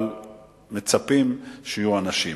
אבל מצפים שיהיו אנשים.